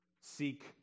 Seek